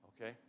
okay